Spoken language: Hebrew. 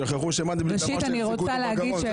שכחו שמנדלבליט אמר שהחזיקו אותו בגרון.